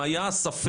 אם היה ספק,